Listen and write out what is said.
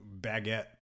baguette